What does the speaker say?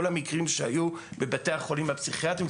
המקרים שהיו בבתי החולים הפסיכיאטרים,